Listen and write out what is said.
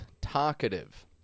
talkative